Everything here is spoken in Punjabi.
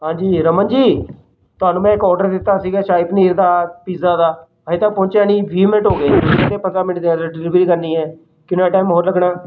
ਹਾਂਜੀ ਰਮਨ ਜੀ ਤੁਹਾਨੂੰ ਮੈਂ ਇੱਕ ਆਡਰ ਦਿੱਤਾ ਸੀਗਾ ਸ਼ਾਹੀ ਪਨੀਰ ਦਾ ਪੀਜ਼ਾ ਦਾ ਹਜੇ ਤੱਕ ਪਹੁੰਚਿਆ ਨਹੀਂ ਵੀਹ ਮਿੰਨਟ ਹੋ ਗਏ ਤੁਸੀਂ ਤਾਂ ਪੰਦਰਾਂ ਮਿੰਟ ਕਿਹਾ ਤਾ ਡਿਲੀਵਰੀ ਕਰਨੀ ਹੈ ਕਿੰਨਾ ਟਾਇਮ ਹੋਰ ਲੱਗਣਾ